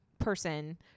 person